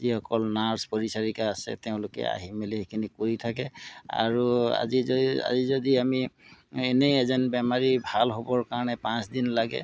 যিসকল নাৰ্ছ পৰিচাৰিকা আছে তেওঁলোকে আহি মেলি সেইখিনি কৰি থাকে আৰু আজি যদি আজি যদি আমি এনেই এজন বেমাৰী ভাল হ'বৰ কাৰণে পাঁচদিন লাগে